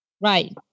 Right